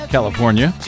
California